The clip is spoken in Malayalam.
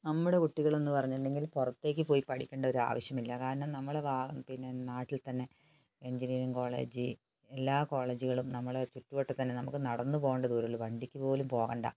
നമ്മുടെ കുട്ടികൾ എന്നു പറഞ്ഞിട്ടുണ്ടെങ്കിൽ പുറത്തേക്ക് പോയി പഠിക്കേണ്ട ആവിശ്യമില്ല കാരണം നമ്മുടെ പിന്നെ നാട്ടിൽത്തന്നെ എഞ്ചിനീയറിംഗ് കോളേജ് എല്ലാ കോളേജുകളും നമ്മുടെ ചുറ്റുവട്ടത്ത് തന്നെ നമ്മുക്ക് നടന്നു പോകേണ്ട ദൂരമെ ഉള്ളു വണ്ടിക്ക് പോലും പോകേണ്ട